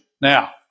Now